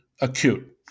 acute